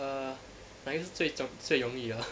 err 哪一个是最重最容易的